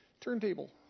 turntable